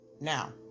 now